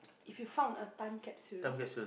if you found a time capsule